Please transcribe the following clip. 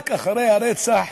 רק אחרי הרצח